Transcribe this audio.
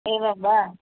एवं वा